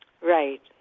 Right